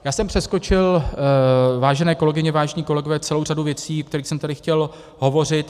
Já jsem přeskočil, vážené kolegyně, vážení kolegové, celou řadu věcí, o kterým jsem tady chtěl hovořit.